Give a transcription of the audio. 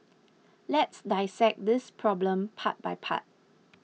let's dissect this problem part by part